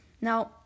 now